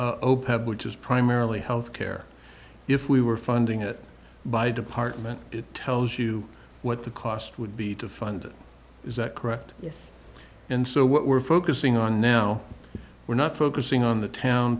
opec which is primarily health care if we were funding it by department it tells you what the cost would be to fund it is that correct yes and so what we're focusing on now we're not focusing on the town